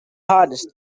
hardest